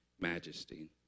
majesty